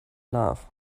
love